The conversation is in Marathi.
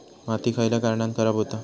माती खयल्या कारणान खराब हुता?